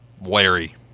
Larry